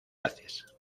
haces